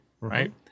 Right